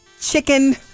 chicken